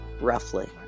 roughly